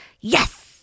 yes